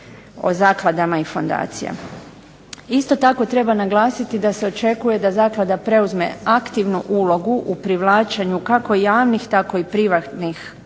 o zakladama i fondacija. Isto tako treba naglasiti da se očekuje da zaklada preuzme aktivnu ulogu u privlačenju, kako javnih tako i privatnih